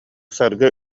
саргы